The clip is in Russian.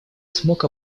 смог